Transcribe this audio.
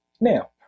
Now